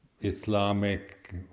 Islamic